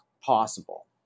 possible